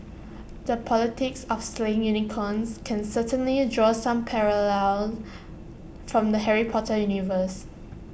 the politics of slaying unicorns can certainly draw some parallels from the Harry Potter universe